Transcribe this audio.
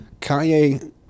Kanye